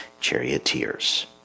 charioteers